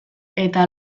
eta